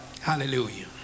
Hallelujah